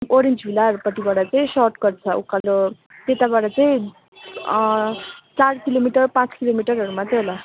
orange भिलाहरूपट्टिबाट चाहिँ shortcut छ उकालो त्यताबाट चाहिँ चार किलोमिटर पाँच किलोमिटहरू मात्रै होला